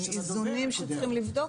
איזונים שצריכים לבדוק אותם.